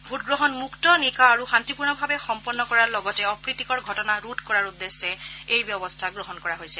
ভোটগ্ৰহণ মুক্ত নিকা আৰু শান্তিপূৰ্ণভাৱে ভোটগ্ৰহণ সম্পন্ন কৰাৰ লগতে অপ্ৰীতিকৰ ঘটনা ৰোধ কৰাৰ উদ্দেশ্যে এই ব্যৱস্থা গ্ৰহণ কৰা হৈছে